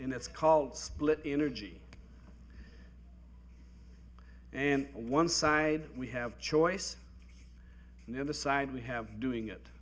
and it's called split energy and one side we have choice and the other side we have doing it